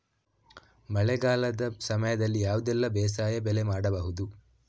ಮಳೆಗಾಲದ ಸಮಯದಲ್ಲಿ ಯಾವುದೆಲ್ಲ ಬೇಸಾಯ ಬೆಳೆ ಮಾಡಬಹುದು?